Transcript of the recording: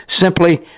simply